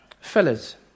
fellas